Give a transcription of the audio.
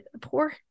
poor